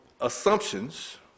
assumptions